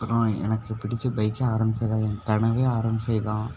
அப்புறம் எனக்குப் பிடித்த பைக்கு ஆர் ஒன் ஃபைவ் தான் என் கனவே ஆர் ஒன் ஃபைவ் தான்